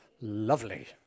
Lovely